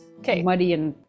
Okay